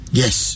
yes